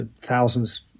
Thousands